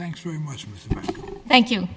thanks very much thank you